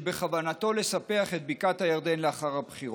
שבכוונתו לספח את בקעת הירדן לאחר הבחירות.